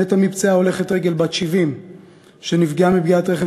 מתה מפצעיה הולכת רגל בת 70 שנפגעה מפגיעת רכב